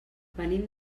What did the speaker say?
venim